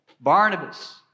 Barnabas